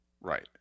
Right